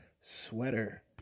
sweater